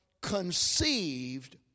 conceived